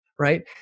right